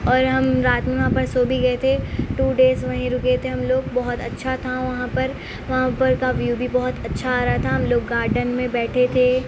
اور ہم رات میں وہاں پر سو بھی گئے تھے ٹو ڈیز وہیں رکے تھے ہم لوگ بہت اچھا تھا وہاں پر وہاں پر کا ویو بھی بہت اچھا آ رہا تھا ہم لوگ گارڈن میں بیٹھے تھے